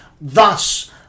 Thus